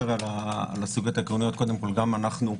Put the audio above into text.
גם אנחנו,